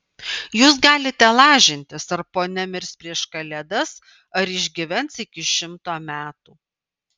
jūs galite lažintis ar ponia mirs prieš kalėdas ar išgyvens iki šimto metų